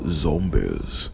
zombies